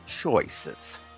choices